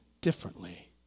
differently